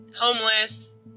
homeless